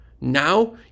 Now